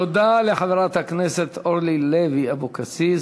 תודה לחברת הכנסת אורלי לוי אבקסיס.